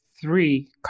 three